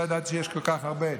לא ידעתי שיש כל כך הרבה.